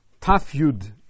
Tafyud